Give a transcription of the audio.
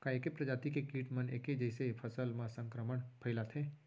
का ऐके प्रजाति के किट मन ऐके जइसे फसल म संक्रमण फइलाथें?